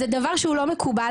זה דבר שהוא לא מקובל.